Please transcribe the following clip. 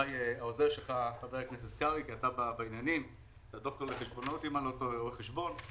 אולי את חבר הכנסת שלמה קרעי,